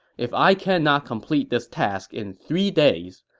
if i cannot complete this task in three days,